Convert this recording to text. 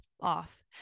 off